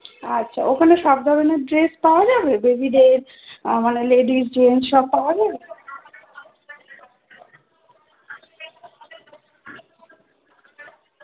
আচ্ছা ওখানে সব ধরনের ড্রেস পাওয়া যাবে বেবি ড্রেস মানে লেডিস জেন্টস সব পাওয়া যাবে